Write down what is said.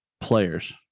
players